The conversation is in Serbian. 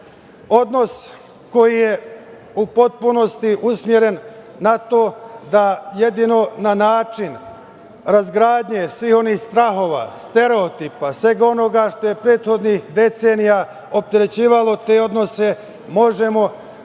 odnos koji je u potpunosti usmeren na to da jedino na način razgradnje svih onih strahova, stereotipa, svega onoga što je prethodnih decenija opterećivalo te odnose, možemo zajedno